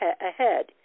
ahead